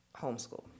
homeschool